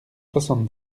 soixante